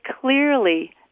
clearly